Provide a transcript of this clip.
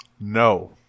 no